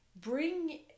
bring